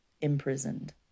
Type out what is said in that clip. imprisoned